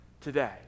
today